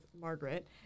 Margaret